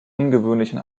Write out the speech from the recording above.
ungewöhnlichen